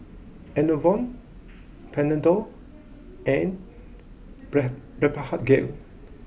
Enervon Panadol and brad Blephagel